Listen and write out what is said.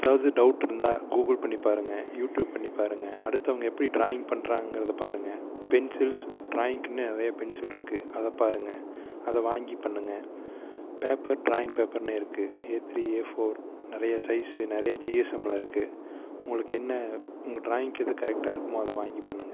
ஏதாவது டவுட் இருந்தால் கூகுள் பண்ணி பாருங்கள் யூடியூப் பண்ணி பாருங்கள் அடுத்தவங்க எப்படி ட்ராயிங் பண்ணுறாங்கங்கறத பாருங்கள் பென்சில்ஸ் ட்ராயிங்க்குனு நிறைய பென்சில் இருக்குது அதை பாருங்கள் அதை வாங்கி பண்ணுங்கள் பேப்பர் ட்ராயிங் பேப்பர்னேருக்கு ஏத்ரீ ஏஃபோர் நிறைய சைஸு நிறைய ஜிஎஸ்எம்மில் இருக்குது உங்களுக்கு என்ன உங்கள் ட்ராயிங்க்கு எது கரெக்டாக இருக்குமோ அதை வாங்கி பண்ணுங்கள்